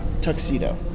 tuxedo